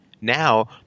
Now